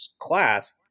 class